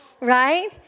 Right